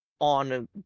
on